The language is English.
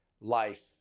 life